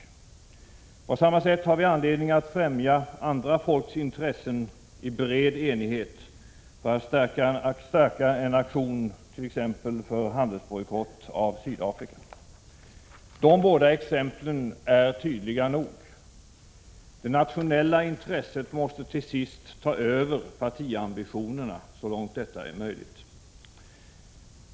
På samma sätt har vi anledning att främja andra folks intressen i bred enighet, t.ex. för att stärka en aktion för handelsbojkott av Sydafrika. De båda exemplen är tydliga nog. Det nationella intresset måste till sist ta över partiambitionerna så långt detta är möjligt.